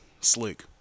slick